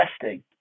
testing